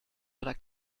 oder